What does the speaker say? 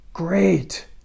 great